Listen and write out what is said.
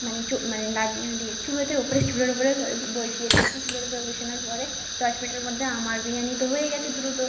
মানে মানে লাগিয়ে দিয়ে চুলোতে ওপরে চুলোর ওপরে সরি বসিয়ে দিয়েছি চুলোর ওপরে বসানোর পরে দশ মিনিটের মধ্যে আমার বিরিয়ানি তো হয়ে গেছে দ্রুত